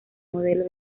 modelo